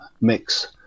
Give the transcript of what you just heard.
mix